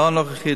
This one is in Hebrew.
לא הנוכחית,